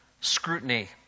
scrutiny